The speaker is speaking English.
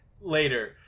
later